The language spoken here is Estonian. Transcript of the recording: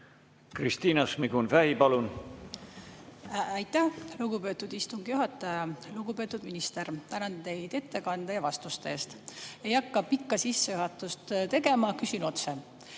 Kristina Šmigun-Vähi, palun! Aitäh, lugupeetud istungi juhataja! Lugupeetud minister, tänan teid ettekande ja vastuste eest! Ei hakka pikka sissejuhatust tegema, küsin otse.